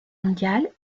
mondiale